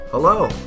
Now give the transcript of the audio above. Hello